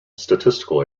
statistical